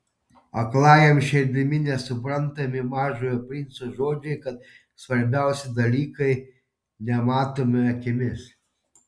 aklajam širdimi nesuprantami mažojo princo žodžiai kad svarbiausi dalykai nematomi akimis